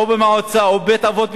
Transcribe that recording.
או במועצה או בבית-אבות בסח'נין.